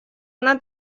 она